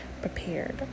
prepared